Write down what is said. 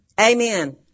Amen